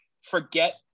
forget